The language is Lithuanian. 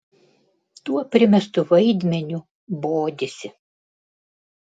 tuo primestu vaidmeniu bodisi